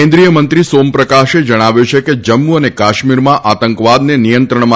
કેન્દ્રીય મંત્રી સોમપ્રકાશે જણાવ્યું છે કે જમ્મુ અને કાશ્મીરમાં આતંકવાદને નિયંત્રણમાં